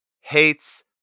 Hates